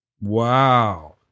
Wow